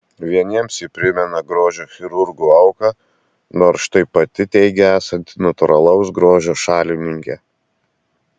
vieniems ji primena grožio chirurgų auką nors štai pati teigia esanti natūralaus grožio šalininkė